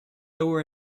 lower